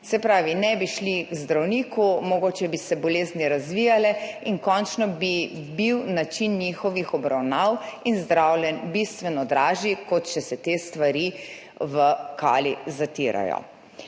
Se pravi, ne bi šli k zdravniku, mogoče bi se bolezni razvijale in končno bi bil način njihovih obravnav in zdravljenj bistveno dražji, kot če se te stvari v kali zatirajo.